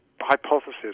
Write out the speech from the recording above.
hypothesis